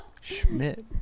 Schmidt